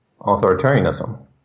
authoritarianism